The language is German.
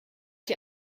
die